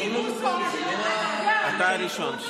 אתה הראשון.